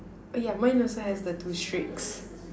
oh yeah mine also have the two streaks